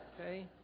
okay